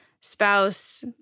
spouse